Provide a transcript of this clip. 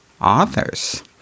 authors